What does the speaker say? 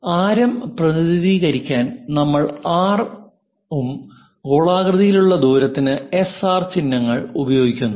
ആരം പ്രതിനിധീകരിക്കാൻ നമ്മൾ ആർ ഉം ഗോളാകൃതിയിലുള്ള ദൂരത്തിനു SR ചിഹ്നങ്ങൾ ഉപയോഗിക്കുന്നു